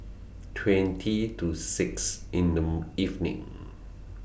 twenty to six in The evening